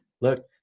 look